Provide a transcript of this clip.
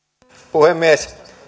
puhemies